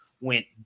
went